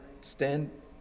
stand